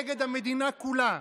נגד המדינה כולה,